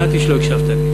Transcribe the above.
ידעתי שלא הקשבת לי.